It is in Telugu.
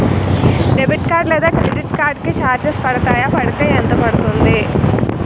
డెబిట్ కార్డ్ లేదా క్రెడిట్ కార్డ్ కి చార్జెస్ పడతాయా? పడితే ఎంత పడుతుంది?